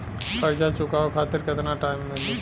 कर्जा चुकावे खातिर केतना टाइम मिली?